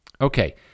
okay